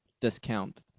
discount